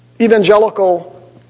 Evangelical